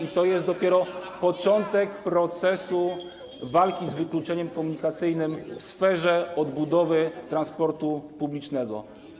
I to jest dopiero początek procesu (Gwar na sali, dzwonek) walki z wykluczeniem komunikacyjnym w sferze odbudowy transportu publicznego.